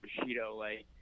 Bushido-like